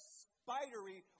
spidery